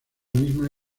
misma